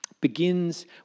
begins